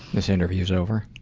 this interview's over.